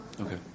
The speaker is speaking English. Okay